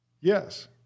Yes